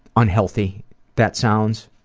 unhealthy that sounds.